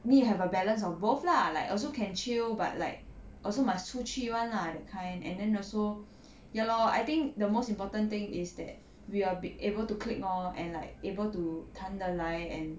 mean you have a balance of both lah like also can chill but like also must 出去 [one] lah that kind and then also ya lor I think the most important thing is that we will be able to click lor and like able to 谈得来 and